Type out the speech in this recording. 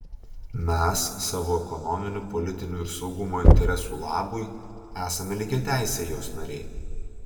mes savo ekonominių politinių ir saugumo interesų labui esame lygiateisiai jos nariai